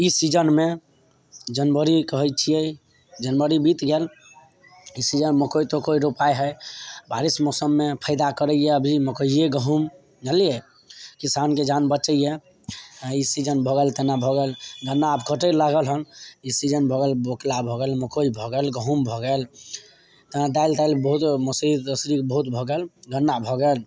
ई सीजनमे जनवरी कहै छियै जनवरी बीत गेल ई सीजन मकइ तकइ रोपाइ हइ बारिस मौसममे फयदा करैया अभी मकइये गहूॅंम जनलियै किसानके जान बचैया आ ई सीजन भऽ गेल तेना भऽ गेल गन्ना आब कटय लागल हन ई सीजन भऽ गेल बोकला भऽ गेल मकइ भऽ गेल गहूॅंम भऽ गेल एना दालि तालि बहुत मोसरी तोसरी बहुत भऽ गेल गन्ना भऽ गेल